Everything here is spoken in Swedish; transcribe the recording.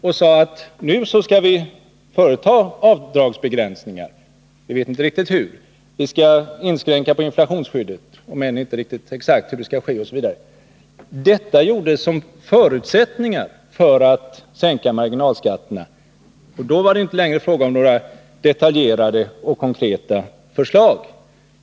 Man sade: Nu skall vi företa avdragsbegränsningar — vi vet inte riktigt hur, vi skall inskränka på inflationsskyddet, även om vi inte vet exakt hur det skall ske osv. Detta var förutsättningar för en sänkning av marginalskatterna. Då var det inte längre fråga om några detaljerade och konkreta förslag.